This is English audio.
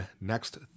next